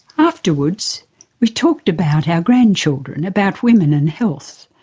afterwards we talked about our grandchildren, about women and health,